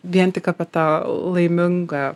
vien tik apie tą laimingą